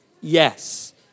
Yes